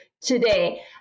today